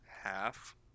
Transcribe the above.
half